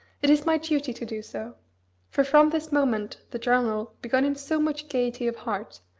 it is my duty to do so for from this moment the journal, begun in so much gaiety of heart,